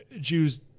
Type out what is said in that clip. Jews